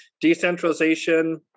decentralization